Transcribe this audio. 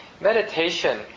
meditation